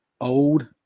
old